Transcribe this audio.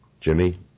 Jimmy